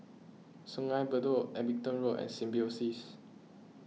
Sungei Bedok Abingdon Road and Symbiosis